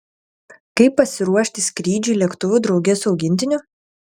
kaip pasiruošti skrydžiui lėktuvu drauge su augintiniu